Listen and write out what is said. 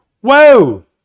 Whoa